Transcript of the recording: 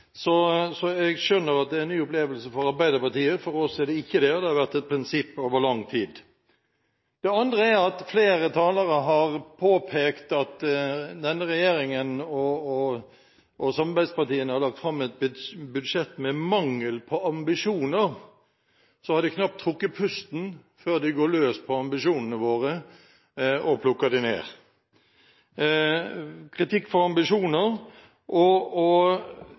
Jeg skjønner at det er en ny opplevelse for Arbeiderpartiet. For oss er det ikke det, og det har vært et prinsipp over lang tid. Det andre er at flere talere har påpekt at denne regjeringen og samarbeidspartiene har lagt fram et budsjett med mangel på ambisjoner. Så har de knapt trukket pusten før de har gått løs på ambisjonene våre og plukket dem ned – kritikk for ambisjoner.